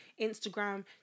Instagram